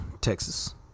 Texas